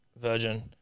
Virgin